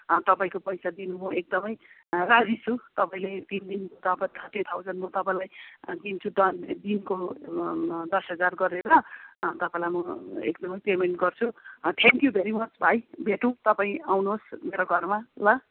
तपाईँको पैसा दिनु म एकदमै राजी छु तपाईँले तिन दिन तपाईँ थर्टी थाउजन्ड म तपाईँलाई दिन्छु डन दिनको दस हजार गरेर अनि तपाईँलाई म एकदमै पेमेन्ट गर्छु थ्याङ्क यू भेरी मच भाइ भेटौँ तपाईँ आउनुहोस् मेरो घरमा ल